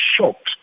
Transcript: shocked